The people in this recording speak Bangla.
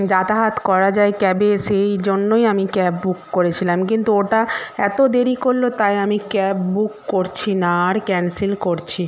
যাতায়াত করা যায় ক্যাবে সেই জন্যই আমি ক্যাব বুক করেছিলাম কিন্তু ওটা এত দেরি করল তাই আমি ক্যাব বুক করছি না আর ক্যানসেল করছি